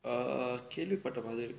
err கேள்வி பட்ட மாதிரி:kaelvi patta maathiri